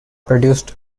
produced